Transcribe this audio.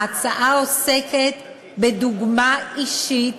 ההצעה עוסקת בדוגמה אישית